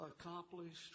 accomplished